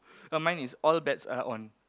uh mine is all bets are on